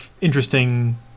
interesting